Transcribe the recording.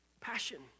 passion